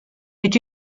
est